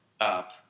up